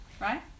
right